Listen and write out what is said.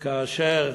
כאשר